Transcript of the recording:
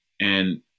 And-